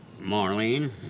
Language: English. Marlene